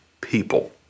people